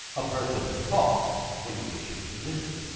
a person who talks when you wish him to listen.